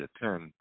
attend